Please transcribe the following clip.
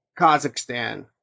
Kazakhstan